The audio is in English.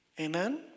Amen